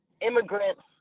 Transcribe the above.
immigrants